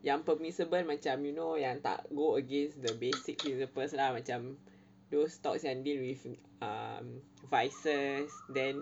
yang permissible macam you know yang tak go against the basic purpose ah macam those thoughts yang deal with um vices then